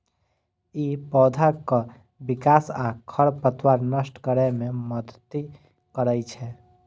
ई पौधाक विकास आ खरपतवार नष्ट करै मे मदति करै छै